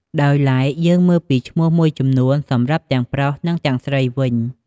ដោយឡែក យើងមើលពីឈ្មោះមួយចំនួនសម្រាប់ទាំងប្រុស និងទាំងស្រីវិញ។